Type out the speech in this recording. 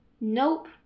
Nope